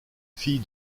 fille